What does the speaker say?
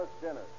dinner